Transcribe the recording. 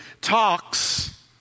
talks